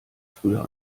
früher